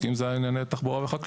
כי אם היו אלה ענייני תחבורה וחקלאות,